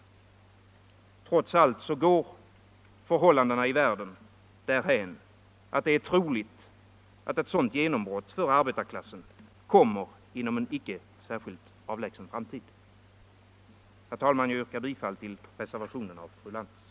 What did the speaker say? Trots allt går förhållandena i världen därhän att det är troligt att ett sådant genombrott för arbetarklassen kommer inom en icke särskilt avlägsen framtid. Fru talman! Jag yrkar bifall till reservationen 1 av fru Lantz.